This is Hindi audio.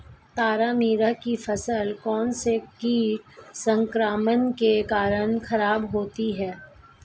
तारामीरा की फसल कौनसे कीट संक्रमण के कारण खराब होती है?